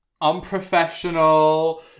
Unprofessional